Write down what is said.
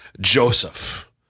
Joseph